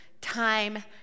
time